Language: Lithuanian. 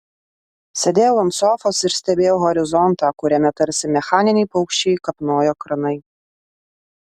sėdėjau ant sofos ir stebėjau horizontą kuriame tarsi mechaniniai paukščiai kapnojo kranai